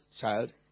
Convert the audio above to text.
child